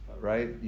right